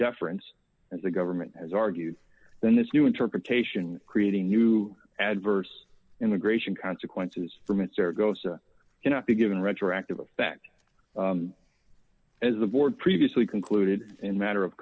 deference as the government has argued then this new interpretation creating new adverse immigration consequences for mr gosa cannot be given retroactive effect as the board previously concluded in a matter of